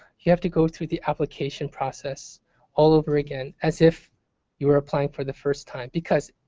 you have to go through the application process all over again as if you're applying for the first time because,